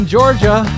Georgia